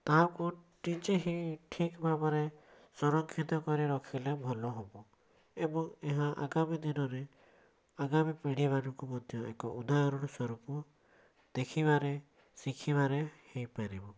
ତାହାକୁ ନିଜେ ହିଁ ଠିକ୍ ଭାବରେ ସୁରକ୍ଷିତ କରି ରଖିଲେ ଭଲ ହବ ଏବଂ ଏହା ଆଗାମୀ ଦିନରେ ଆଗମୀ ପୀଢ଼ି ମାନଙ୍କୁ ମଧ୍ୟ ଏକ ଉଦାହରଣ ସ୍ୱରୂପ ଦେଖିବାରେ ଶିଖିବାର ହେଇପାରିବ